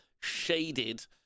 Shaded